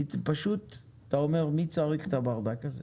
פשוט אתה אומר, מי צריך את הברדק הזה.